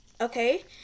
Okay